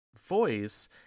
voice